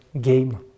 game